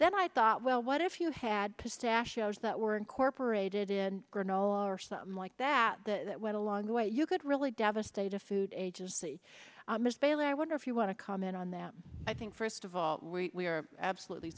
then i thought well what if you had to stash shows that were incorporated in granola or something like that that went a long way you could really devastated food agency miss bailey i wonder if you want to comment on that i think first of all we're absolutely